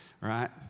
right